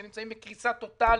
שנמצאים בקריסה טוטלית,